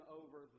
over